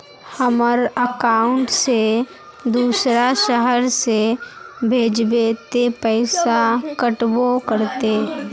हमर अकाउंट से दूसरा शहर पैसा भेजबे ते पैसा कटबो करते?